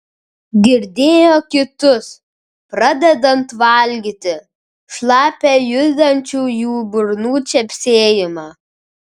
girdėjo kitus pradedant valgyti šlapią judančių jų burnų čepsėjimą